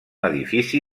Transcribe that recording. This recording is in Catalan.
edifici